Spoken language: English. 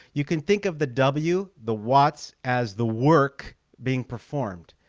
you can think of the w the watts as the work being performed?